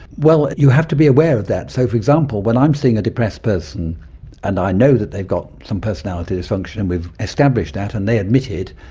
well, you have to be aware of that. so, for example, when i'm seeing a depressed person and i know that they've got some personality dysfunction and we've established that and they admit it,